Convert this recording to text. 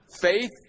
Faith